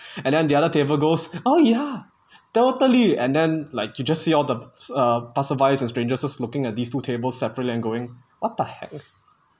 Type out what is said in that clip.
and then the other table goes oh yeah totally and then like you just see all the uh passers-by and strangers just looking at these two tables several of them going what-the-heck